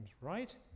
right